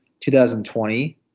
2020